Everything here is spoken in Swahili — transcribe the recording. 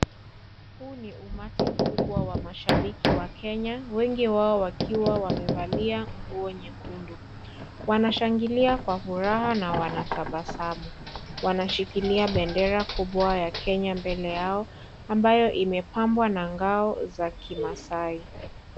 Huu ni umati mkubwa wa mashabiki wa Kenya, wengi wao wakiwa wamevalia nguo nyekundu. Wanashangilia kwa furaha na wanatabasamu, wanashikilia bendera kubwa ya Kenya mbele yao ambayo imepambwa na ngao za kimaasai.